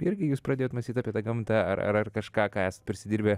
irgi jūs pradėjot mąstyt apie tą gamtą ar ar ar kažką ką esat prisidirbę